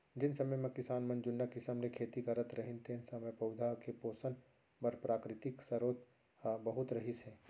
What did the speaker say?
जेन समे म किसान मन जुन्ना किसम ले खेती करत रहिन तेन समय पउधा के पोसन बर प्राकृतिक सरोत ह बहुत रहिस हे